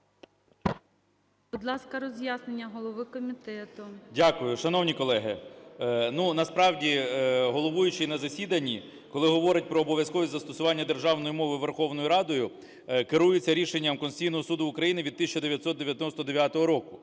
Дякую. Шановні колеги, ну, насправді головуючий на засіданні, коли говорить про обов'язковість застосування державної мови Верховною Радою, керується рішенням Конституційного Суду України від 1999 року.